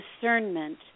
discernment